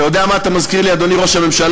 אתה יודע מה אתה מזכיר לי, אדוני ראש הממשלה?